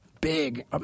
big